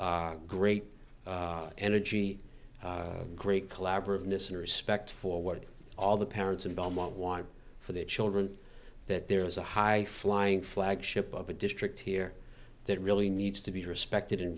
great energy great collaborative nisson respect for what all the parents and belmont want for their children that there is a high flying flagship of a district here that really needs to be respected and